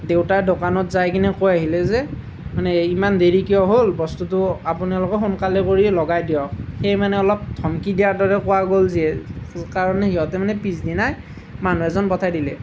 দেউতাই দোকানত যায় কিনি কৈ আহিলে যে মানে ইমান দেৰি কিয় হ'ল বস্তুটো আপোনালোকে সোনকালে কৰি লগাই দিয়ক সেই মানে অলপ ধমকি দিয়াৰ দৰে কোৱা গ'ল যে সেইকাৰণে সিহঁতে মানে পিছদিনাই মানুহ এজন পঠাই দিলে